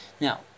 Now